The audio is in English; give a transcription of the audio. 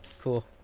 Cool